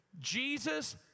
Jesus